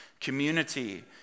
community